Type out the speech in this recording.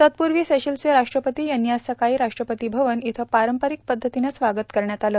तत्पूर्वी सेशल्सचे राष्ट्रपती यांचं आज सकाळी राष्ट्रपती भवन इथं पारंपारिक पद्धतीनं स्वागत करण्यात आलं